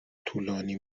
طولانی